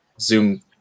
zoom